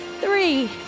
Three